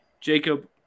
Jacob